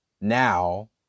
now